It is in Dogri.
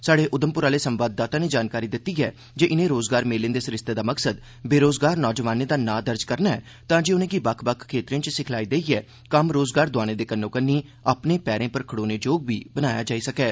स्हाड़े उधमपुर आह्ले संवाददाता नै जानकारी दित्ती ऐ जे इनें रोजगार मेलें दे सरिस्ते दा मकसद बेरोजगार नौजवानें दा नां दर्ज करना ऐ तांजे उनेंगी बक्ख बक्ख खेत्तरें च सिखलाई देइयै उनेंगी कम्म रोजगार दोआने दे कन्नो कन्नी अपने पैरें पर खड़ोने जोग बी बनाया जाई सकै